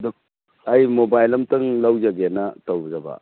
ꯑꯩ ꯃꯣꯕꯥꯏꯜ ꯑꯃꯇꯪ ꯂꯧꯖꯒꯦꯅ ꯇꯧꯖꯕ